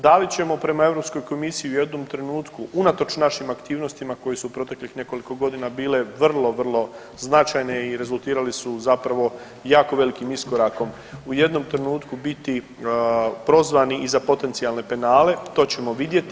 Da li ćemo prema Europskoj komisiji u jednom trenutku unatoč našim aktivnostima koje su proteklih nekoliko godina bile vrlo, vrlo značajne i rezultirali su zapravo jako velikim iskorakom u jednom trenutku biti prozvani i za potencijalne penale, to ćemo vidjeti.